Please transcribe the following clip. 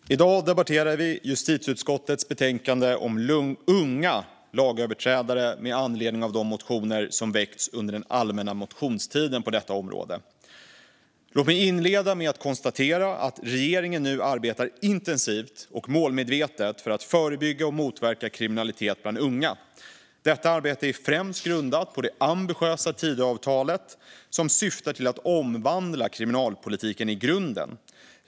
Herr talman! I dag debatterar vi justitieutskottets betänkande om unga lagöverträdare med anledning av de motioner på detta område som väckts under den allmänna motionstiden. Låt mig inleda med att konstatera att regeringen nu arbetar intensivt och målmedvetet för att förebygga och motverka kriminalitet bland unga. Detta arbete är främst grundat på det ambitiösa Tidöavtalet, som syftar till att omvandla kriminalpolitiken i grunden.